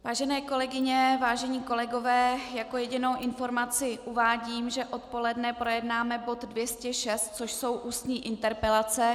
Vážené kolegyně, vážení kolegové, jako jedinou informaci uvádím, že odpoledne projednáme bod 206, což jsou ústní interpelace.